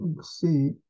see